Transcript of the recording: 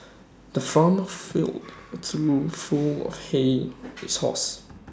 the farmer filled A trough full of hay his horses